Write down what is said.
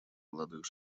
молодых